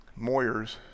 Moyers